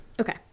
okay